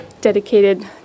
dedicated